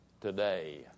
today